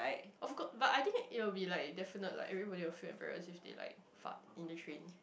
of course but I think it will be like definite like everybody also embarrassing like fart in the train